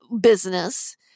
business